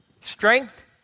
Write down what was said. Strength